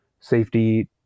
safety